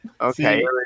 Okay